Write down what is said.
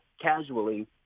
casually